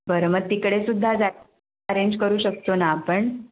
बरं मग तिकडेसुद्धा जा अरेंज करू शकतो ना आपण